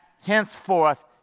henceforth